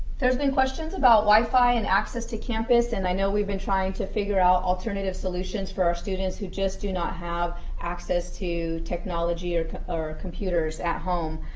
there's been questions about wi-fi and access to campus, and i know we've been trying to figure out alternative solutions for our students who just do not have access to technology or or computers at home.